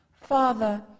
Father